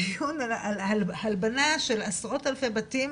הדיון על הלבנה של עשרות אלפי בתים